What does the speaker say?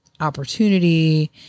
opportunity